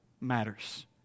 matters